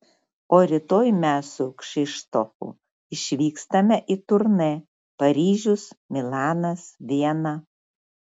o rytoj mes su kšištofu išvykstame į turnė paryžius milanas viena